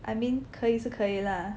I mean 可以是可以啦